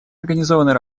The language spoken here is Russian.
организованной